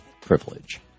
privilege